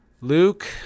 luke